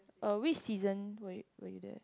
uh which season were were you there